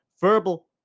Verbal